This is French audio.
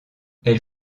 elle